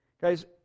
Guys